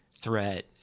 threat